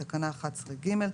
בתקנה 11(ג),